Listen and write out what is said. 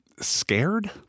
scared